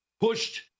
pushed